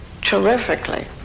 terrifically